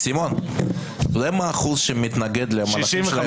סימון, אתה יודע מה האחוז שמתנגד למהלכים שלהם?